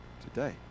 today